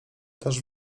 też